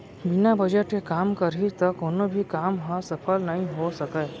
बिना बजट के काम करही त कोनो भी काम ह सफल नइ हो सकय